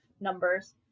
numbers